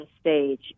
stage